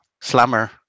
Slammer